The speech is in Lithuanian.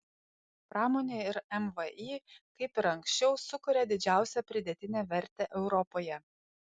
pramonė ir mvį kaip ir anksčiau sukuria didžiausią pridėtinę vertę europoje